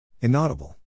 Inaudible